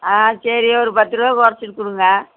ஆ சரி ஒரு பத்துரூவா குறச்சிக்குடுங்க